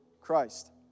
Christ